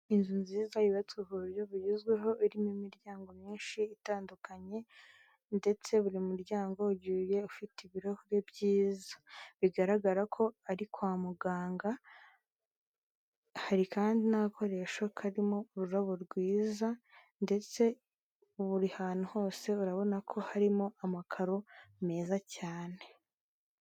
Inzu nziza yubatswe ku buryo bugezweho irimo imiryango myinshi itandukanye, ndetse buri muryango ugiye ufite ibirahure byiza, bigaragara ko ari kwa muganga, hari kandi n' agakoresho karimo ururabo rwiza ndetse buri hantu hose urabona ko harimo amakaro meza cyane.